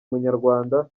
munyarwanda